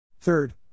Third